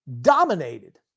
Dominated